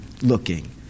looking